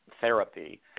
therapy